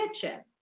kitchen